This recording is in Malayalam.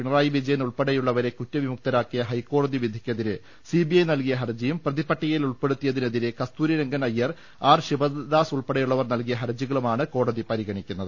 പിണറായി വിജയൻ ഉൾപ്പെടെയുള്ളവരെ കുറ്റവിമുക്തരാക്കിയ ഹൈക്കോടതി വിധിക്ക് എതിരെ സിബിഐ നൽകിയ ഹർജിയും പ്രതിപട്ടികയിൽ ഉൾപ്പെടുത്തിയതിന് എതിരെ കസ്തൂരി രംഗൻ അയ്യർ ആർ ശിവദാസ് ഉൾപ്പെടെയുള്ളവർ നൽകിയ ഹർജികളുമാണ് സുപ്രീംകോടതി ഇന്ന് പരിഗണിക്കുക